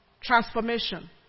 Transformation